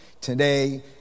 today